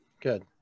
Good